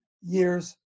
years